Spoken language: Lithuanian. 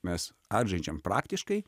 mes žaidžiam praktiškai